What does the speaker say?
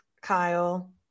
Kyle